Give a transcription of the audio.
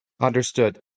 Understood